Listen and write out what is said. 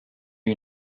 you